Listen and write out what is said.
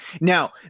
Now